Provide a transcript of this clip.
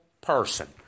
person